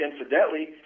Incidentally